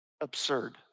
absurd